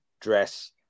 dress